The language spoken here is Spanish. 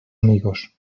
amigos